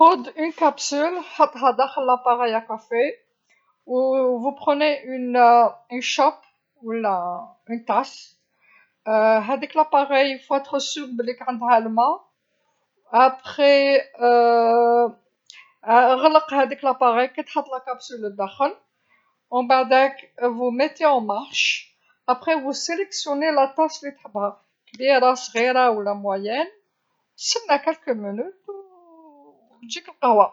خوذ كبسولة وحطها داخل آلة القهوة، وتأخذون فنجانا ولا كأس، هاذيك الآلة يجب أن تكون متأكد بلي عندها الما، بعد ذلك غلق هذاك الآلة، كي تحط الكبسولة الداخل ومن بعداك تشغلون الآلة ثم تختارون الكأس اللي تحبها، كبيره صغيره ولا متوسطة، سنى بضع دقائق وتجيك القهوه.